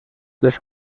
les